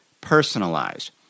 personalized